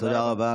תודה רבה.